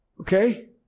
Okay